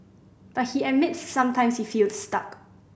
but he admits sometimes he feels stuck